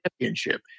championship